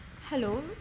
Hello